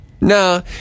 No